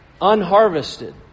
unharvested